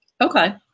Okay